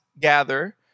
gather